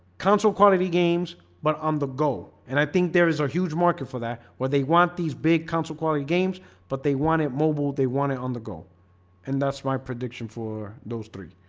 console quality games but on the go and i think there is a huge market for that where they want these big console quality games but they want it mobile. they want it on the go and that's my prediction for those three